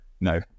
no